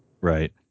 right